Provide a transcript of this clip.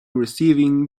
receiving